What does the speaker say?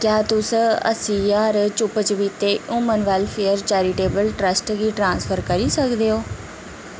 क्या तुस अस्सी ज्हार चुप्प चपीते ह्यूमन वैल्लफेयर चैरिटेबल ट्रस्ट गी ट्रांसफर करी सकदे ओ